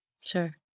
Sure